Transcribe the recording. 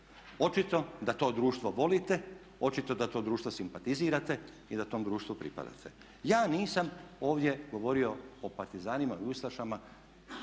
Očito da to društvo volite, očito da to društvo simpatizirate i da tom društvu pripadate. Ja nisam ovdje govorio o partizanima i ustašama